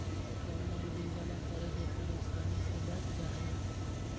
Online bill जमा करे से परेशानी से बच जाहई?